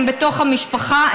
הם בתוך המשפחה,